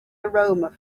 aroma